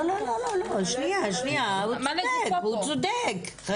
לא, שנייה, הוא צודק, חכי.